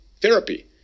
therapy